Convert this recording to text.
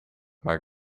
maar